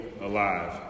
alive